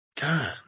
God